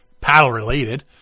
paddle-related